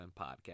Podcast